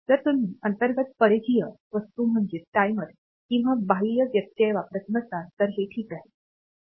जर तुम्ही अंतर्गत परिघीय वस्तू म्हणजेच टायमर किंवा बाह्य व्यत्यय वापरत नसाल तर हे ठीक आहे